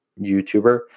YouTuber